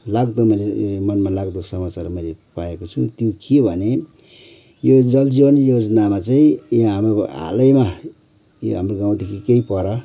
लाभ गर्ने मनमा लाग्दो समचार मैले पाएको छु त्यो के भने यो जल जीवन योजनामा चाहिँ हाम्रो हालैमा यो हाम्रो गाँउदेखि केही पर